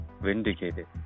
vindicated